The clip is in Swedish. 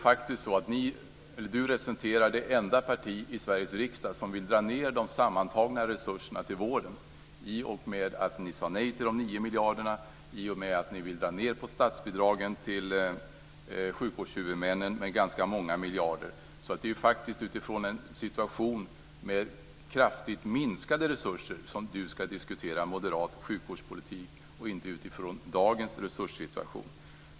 Hon representerar det enda parti i Sveriges riksdag som vill dra ned de sammantagna resurserna till vården, i och med att ni sade nej till de 9 miljarderna och vill dra ned på statsbidragen till sjukvårdshuvudmännen med ganska många miljarder. Det är utifrån en situation med kraftigt minskade resurser som Chris Heister ska diskutera moderat sjukvårdspolitik, och inte utifrån dagens resurssituation.